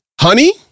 honey